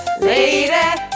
lady